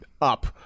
up